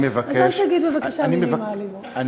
אז בבקשה אל תגידו מילים מעליבות.